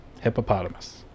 Hippopotamus